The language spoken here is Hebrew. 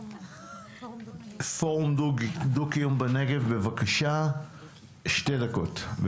פורום דו קיום בנגב, בבקשה גברתי.